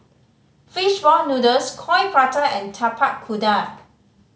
fish ball noodles Coin Prata and Tapak Kuda